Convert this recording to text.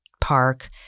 park